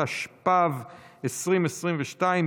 התשפ"ב 2022,